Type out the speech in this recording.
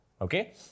Okay